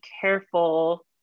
careful